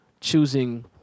choosing